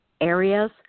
areas